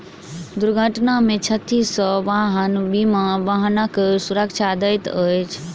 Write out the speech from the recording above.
दुर्घटना में क्षति सॅ वाहन बीमा वाहनक सुरक्षा दैत अछि